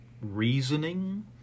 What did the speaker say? reasoning